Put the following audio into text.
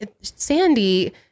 Sandy